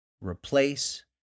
replace